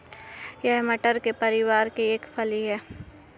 यह मटर के परिवार का एक फली है